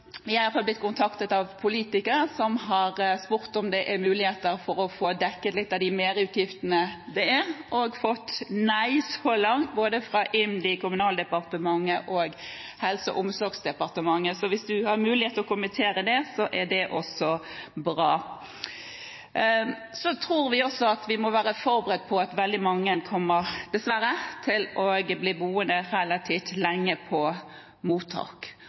jeg har blitt kontaktet av politikere som har spurt om det er muligheter for å få dekket litt av de merutgiftene det innebærer. De har fått nei så langt fra både IMDi, Kommunaldepartementet og Helse- og omsorgsdepartementet. Hvis statsråden har mulighet til å kommentere det, er det også bra. Vi tror også at vi må være forberedt på at veldig mange dessverre kommer til å bli boende relativt lenge på mottak.